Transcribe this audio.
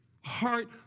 Heart